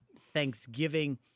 Thanksgiving